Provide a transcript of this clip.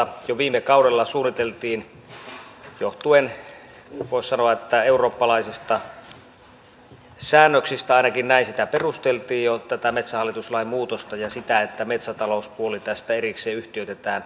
jo viime kaudella suunniteltiin johtuen voisi sanoa eurooppalaisista säännöksistä ainakin näin sitä perusteltiin tätä metsähallituslain muutosta ja sitä että metsätalouspuoli tästä erikseen yhtiöitetään metsätalous oyksi